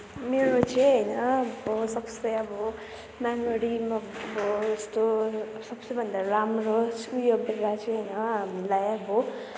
मेरो चाहिँ होइन अब सबसे अब मेमोरीमा अब यस्तो सबसेभन्दा राम्रो स्कुलको बेला चाहिँ होइन हामीलाई अब